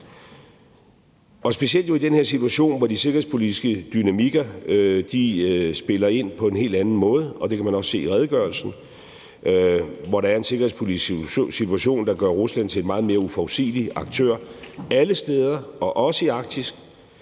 jo specielt i den her situation, hvor de sikkerhedspolitiske dynamikker spiller ind på en helt anden måde – det kan man også se i redegørelsen. Der er en sikkerhedspolitisk situation, der gør Rusland til en meget mere uforudsigelig aktør alle steder og også i Arktis.